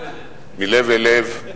מלב אל לב.